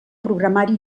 programari